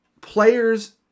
players